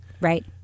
right